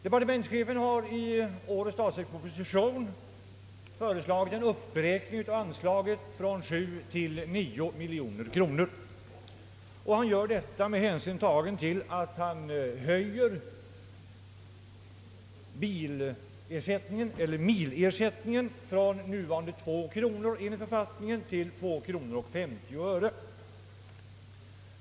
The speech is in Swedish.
Departementschefen har i årets statsverksproposition föreslagit en uppräkning av anslaget från 7 till 9 miljoner kronor. Departementschefens förslag tar hänsyn till att milersättningen höjes från enligt nuvarande författning 2 kronor till 2 kronor 50 öre.